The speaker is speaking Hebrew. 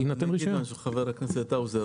מאה אחוז.